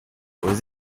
aux